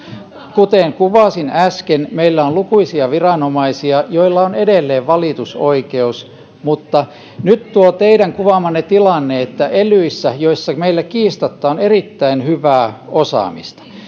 kuten kuvasin äsken meillä on lukuisia viranomaisia joilla on edelleen valitusoikeus mutta nyt tuossa teidän kuvaamassanne tilanteessa jossa elyissä meillä kiistatta on erittäin hyvää osaamista